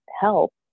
help